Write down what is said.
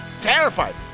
terrified